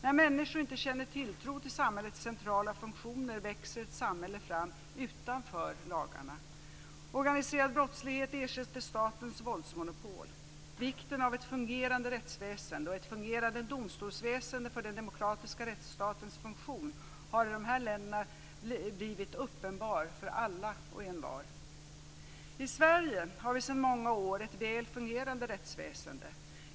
När människor inte känner tilltro till samhällets centrala funktioner växer ett samhälle fram utanför lagarna. Organiserad brottslighet ersätter statens våldsmonopol. Vikten av ett fungerande rättsväsende och ett fungerande domstolsväsende för den demokratiska rättsstatens funktion har i dessa länder blivit uppenbar för alla och envar. I Sverige har vi sedan många år ett väl fungerande rättsväsende.